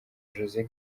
jose